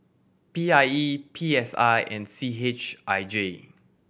P I E P S I and C H I J